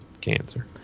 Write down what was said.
cancer